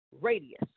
radius